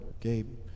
Gabe